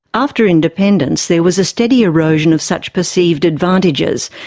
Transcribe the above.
after independence there was a steady erosion of such perceived advantages,